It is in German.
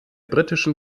britischen